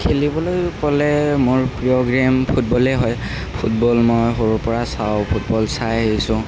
খেলিবলৈ ক'লে মোৰ প্ৰিয় গেম ফুটবলেই হয় ফুটবল মই সৰুৰপৰা চাওঁ ফুটবল চাই আহিছোঁ